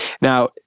Now